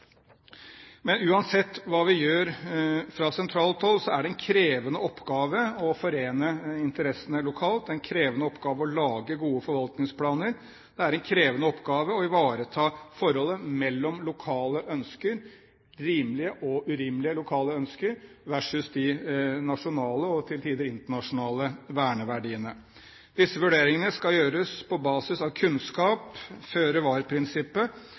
Men uansett hva vi gjør fra sentralt hold, er det en krevende oppgave å forene interessene lokalt, det er en krevende oppgave å lage gode forvaltningsplaner, og det er en krevende oppgave å ivareta forholdet mellom rimelige og urimelige lokale ønsker versus de nasjonale og til tider internasjonale verneverdiene. Disse vurderingene skal gjøres på basis av kunnskap,